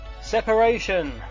Separation